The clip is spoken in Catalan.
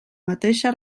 mateixa